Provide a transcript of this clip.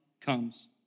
comes